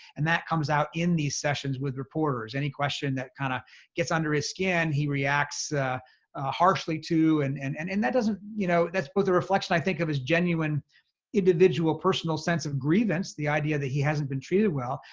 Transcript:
and that comes out in these sessions with reporters. any question that kind of gets under his skin, he reacts harshly too. and, and and and that doesn't, you know, that's both the reflection i think of as genuine individual personal sense of grievance, the idea that he hasn't been treated well,